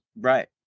Right